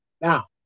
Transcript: Now